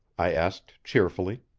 i asked cheerfully.